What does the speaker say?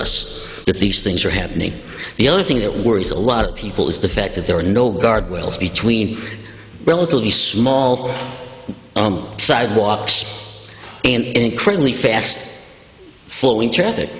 us that these things are happening the other thing that worries a lot of people is the fact that there are no guard wills between relatively small sidewalks and incredibly fast flowing traffic